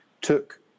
took